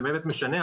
זה באמת משנה?